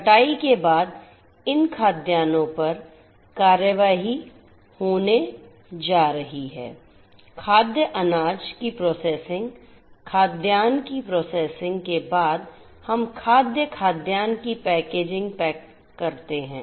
कटाई के बाद इन खाद्यान्नों पर कार्रवाई होने जा रही है खाद्य अनाज की प्रोसेसिंग खाद्यान्न की प्रोसेसिंग के बाद हम खाद्य खाद्यान्न की पैकेजिंग करते हैं